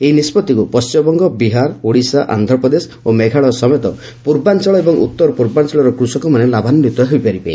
ଏହି ନିଷ୍ପଭିକୁ ପଶ୍ଚିମବଙ୍ଗ ବିହାର ଓଡ଼ିଶା ଆନ୍ଧ୍ରପ୍ରଦେଶ ଓ ମେଘାଳୟ ସମେତ ପୂର୍ବାଞ୍ଚଳ ଏବଂ ଉତ୍ତର ପୂର୍ବାଞ୍ଚଳର କୃଷକମାନେ ଲାଭାନ୍ୱିତ ହେବେ